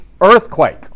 earthquake